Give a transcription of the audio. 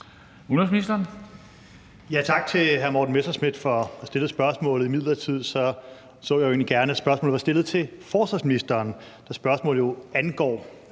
Udenrigsministeren.